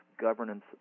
governance